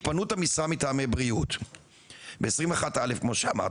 התפנות המשרה מטעמי בריאות ב- 21 א' כמו שאמרת,